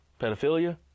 pedophilia